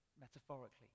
metaphorically